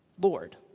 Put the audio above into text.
Lord